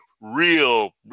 real